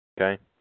okay